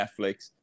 Netflix